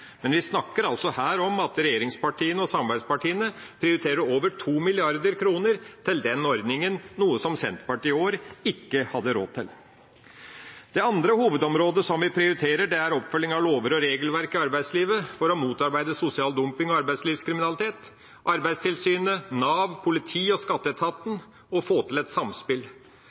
Men vi snakker her om at regjeringspartiene og samarbeidspartiene prioriterer over 2 mrd. kr til den ordninga, noe Senterpartiet i år ikke hadde råd til. Det andre hovedområdet vi prioriterer, er oppfølging av lover og regelverk i arbeidslivet for å motarbeide sosial dumping og arbeidslivskriminalitet. Arbeidstilsynet, Nav, politiet og skatteetaten